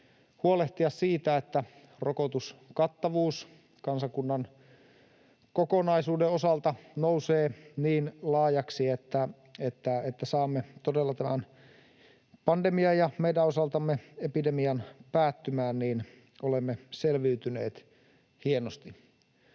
huolehtia siitä, että rokotuskattavuus kansakunnan kokonaisuuden osalta nousee niin laajaksi, että saamme todella tämän pandemian ja meidän osaltamme epidemian päättymään, niin olemme selviytyneet hienosti.